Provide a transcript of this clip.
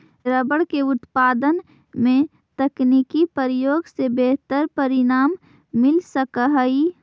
rubber के उत्पादन में तकनीकी प्रयोग से बेहतर परिणाम मिल सकऽ हई